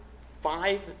five